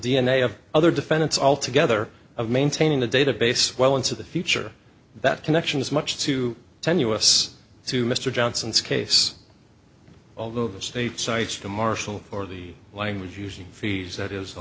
a of other defendants altogether of maintaining the database well into the future that connection is much too tenuous to mr johnson's case although the state cites the marshal or the language usually fees that is the